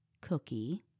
cookie